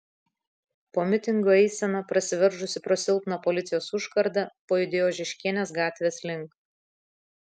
po mitingo eisena prasiveržusi pro silpną policijos užkardą pajudėjo ožeškienės gatvės link